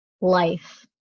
life